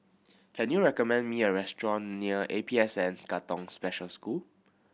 can you recommend me a restaurant near A P S N Katong Special School